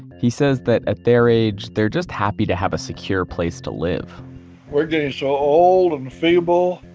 he says that, at their age, they're just happy to have a secure place to live we're getting so old and feeble,